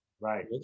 right